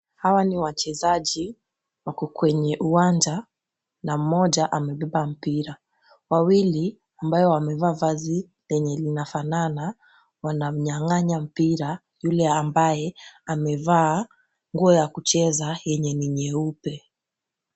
Hawa ni wachezaji wako kwenye uwanja na mmoja amebeba mpira. Wawili ambao wamebeba vazi lenye linafanana, wanamnyang'anya mpira yule ambaye amevaa nguo ya kucheza yenye ni nyeupe.